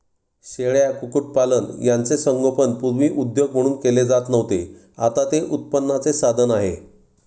शेळ्या, कुक्कुटपालन यांचे संगोपन पूर्वी उद्योग म्हणून केले जात नव्हते, आता ते उत्पन्नाचे साधन आहे